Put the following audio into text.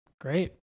Great